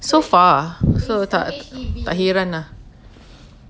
ya so far so tak tak hairan lah